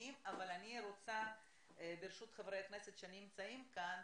ברשות חברי הכנסת שנמצאים כאן,